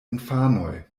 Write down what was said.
infanoj